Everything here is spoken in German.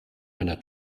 meiner